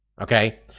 Okay